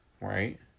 right